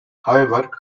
however